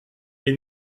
est